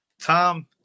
Tom